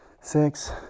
six